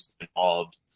involved